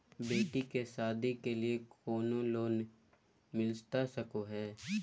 बेटी के सादी के लिए कोनो लोन मिलता सको है?